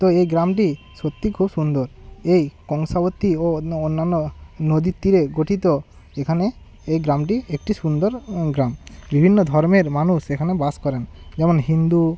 তো এই গ্রামটি সত্যি খুব সুন্দর এই কংসাবতী ও অন্যান্য নদীর তীরে গঠিত এখানে এই গ্রামটি একটি সুন্দর গ্রাম বিভিন্ন ধর্মের মানুষ এখানে বাস করেন যেমন হিন্দু